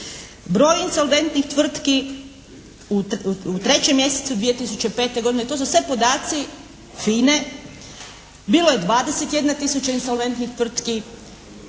Broj insolventnih tvrtki u trećem mjesecu 2005. godine, to su sve podaci FINA-e bilo je 21 tisuća insolventnih tvrtki,